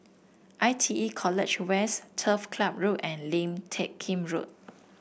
I T E College West Turf Ciub Road and Lim Teck Kim Road